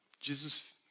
Jesus